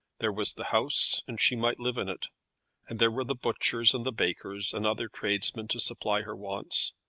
there was the house, and she might live in it and there were the butchers and the bakers, and other tradesmen to supply her wants.